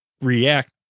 react